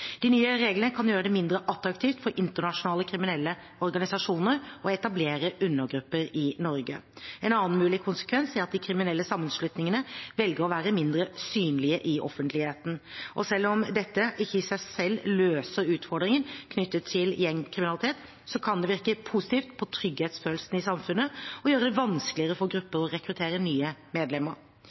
De nye reglene kan gjøre det mindre attraktivt for internasjonale kriminelle organisasjoner å etablere undergrupper i Norge. En annen mulig konsekvens er at de kriminelle sammenslutningene velger å være mindre synlige i offentligheten. Selv om dette ikke i seg selv løser utfordringene knyttet til gjengkriminalitet, kan det virke positivt på trygghetsfølelsen i samfunnet og gjøre det vanskeligere for gruppene å rekruttere nye medlemmer.